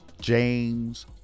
james